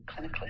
clinically